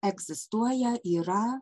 egzistuoja yra